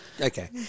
Okay